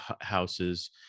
houses